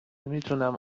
میتونم